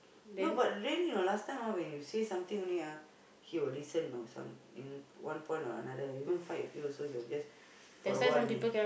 no but really know last time when you say something only ah he will listen know some in one point or another even fight with you also he will just for a while only